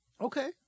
Okay